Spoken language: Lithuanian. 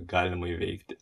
galima įveikti